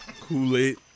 Kool-Aid